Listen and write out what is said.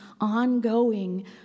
ongoing